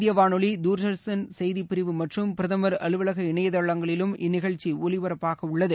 இந்திய வானொலி தார்தர்ஷன் செய்திப்பிரிவு மற்றும் பிரதமர் அகில அலுவலக இணையதளங்களிலும் இந்நிகழ்ச்சி ஒலிபரப்பாகவுள்ளது